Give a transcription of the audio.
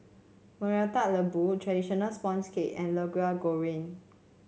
murta lembu traditional sponge cake and goreng